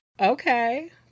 Okay